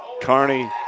Carney